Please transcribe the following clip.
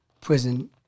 prison